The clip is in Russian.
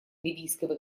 ливийского